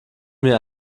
mir